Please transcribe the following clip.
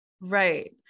Right